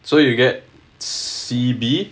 so you get C B